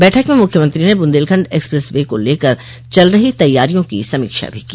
बैठक में मुख्यमंत्री ने बुन्देलखण्ड एक्सप्रेस वे को लेकर चल रही तैयारियों की समीक्षा भी की